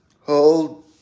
hold